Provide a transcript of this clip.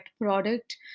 product